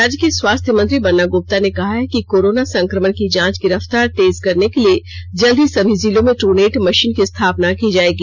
राज्य के स्वास्थ्य मंत्री बन्ना गुप्ता ने कहा है कि कोरोना संक्रमण की जांच की रफ्तार तेज करने के लिए जल्द ही सभी जिलों में ट्र नेट मधीन की स्थापना की जायेगी